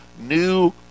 new